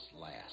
last